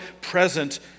present